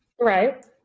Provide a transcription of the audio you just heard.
Right